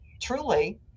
truly